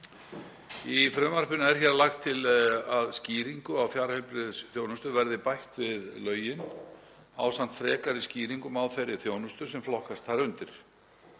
Í frumvarpinu er lagt til að skýringu á fjarheilbrigðisþjónustu verði bætt við lögin ásamt frekari skýringum á þeirri þjónustu sem flokkast þar undir.